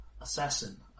Assassin